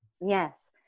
yes